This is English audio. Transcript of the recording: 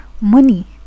money